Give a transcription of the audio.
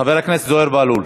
חבר הכנסת זוהיר בהלול.